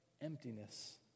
emptiness